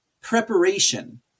preparation